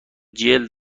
جلد